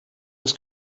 des